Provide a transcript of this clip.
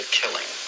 killing